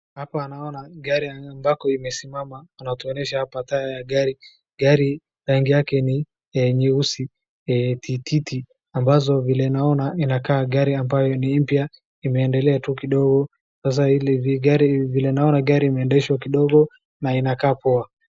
Hapa naona gari ambako imesimama, inatuonyesha hapa taa ya gari, gari rangi yake ni nyeusi tititi, ambazo vile naona inakaa gari ambayo ni mpya imeendelea tu kidogo sasa hivi vile naona gari imeendeshwa kidogo na inakaa poa.